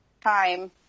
time